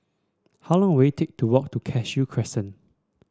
how long will it take to walk to Cashew Crescent